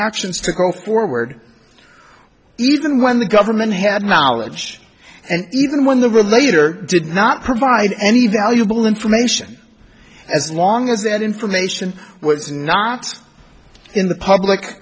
actions to go forward even when the government had knowledge and even when the relator did not provide any valuable information as long as that information was not in the public